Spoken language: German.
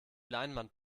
leinwand